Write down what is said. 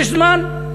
יש זמן.